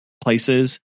places